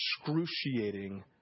excruciating